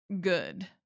good